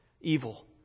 Evil